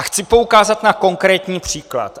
Chci poukázat na konkrétní příklad.